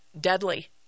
deadly